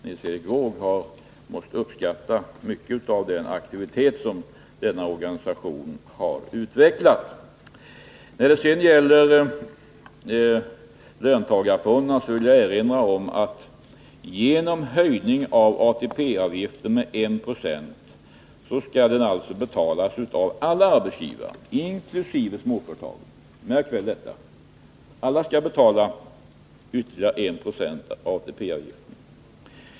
Nils Erik Wååg, har måst uppskatta mycket av den aktivitet som denna organisation har utvecklat. När det gäller löntagarfonderna vill jag erinra om att höjningen av ATP-avgiften med 1 Yo skall betalas av alla arbetsgivare, inkl. småföretagen. Märk väl detta: Alla skall betala ytterligare 1 90 i ATP-avgift.